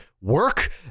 work